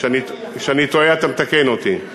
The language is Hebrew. כשאני טועה אתה מתקן אותי.